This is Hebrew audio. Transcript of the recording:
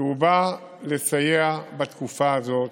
כי הוא בא לסייע בתקופה הזאת.